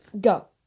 Go